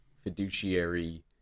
fiduciary